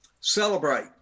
celebrate